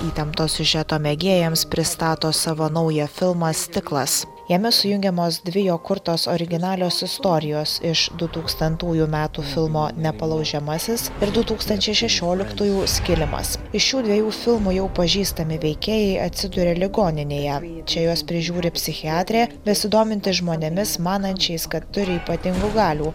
įtempto siužeto mėgėjams pristato savo naują filmą stiklas jame sujungiamos dvi jo kurtos originalios istorijos iš dutūkstantųjų metų filmo nepalaužiamasis ir du tūkstančiai šešioliktųjų skilimas iš šių dviejų filmų jau pažįstami veikėjai atsiduria ligoninėje ji čia juos prižiūri psichiatrė besidominti žmonėmis manančiais kad turi ypatingų galių